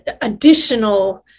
additional